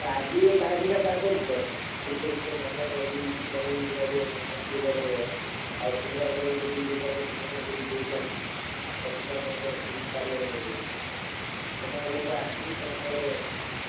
ନା ଆଗରୁ ଇଏ ଯାହା ଯେମିତିକା ଚାଲୁଛି ତ ବ ଧାନ ବଢ଼େଇଛି ବଢ଼ି ଚାଲିଛିରେ ଏବେ ମଣ୍ଡିରେ ବଢ଼େଇବ ଆଉ ସୁଭଦ୍ରା ଯୋଜନା ସୁଭଦ୍ରା ଦେଇ ଦେଇ ଚାଲିଛି ଅଫିସର ପଫିସର କିି ଛାଡ଼ିଲେଣି ଏବେ ସେମାନଙ୍କର ଆସିବେ ସେମାନଙ୍କର